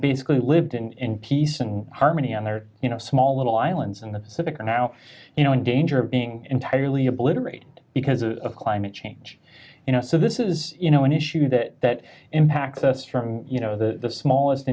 basically lived in peace and harmony and they were you know small little islands in the pacific and now you know in danger of being entirely obliterated because of climate change you know so this is you know an issue that that impacts us from you know the smallest